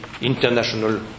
international